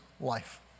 life